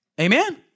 Amen